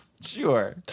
Sure